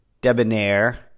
Debonair